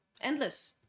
endless